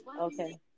Okay